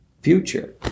future